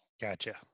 Gotcha